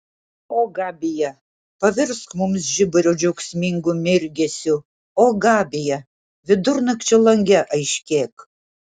o gabija pavirsk mums žiburio džiaugsmingu mirgesiu o gabija vidurnakčio lange aiškėk